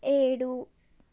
ఏడు